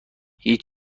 هیچ